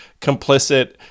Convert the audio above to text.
complicit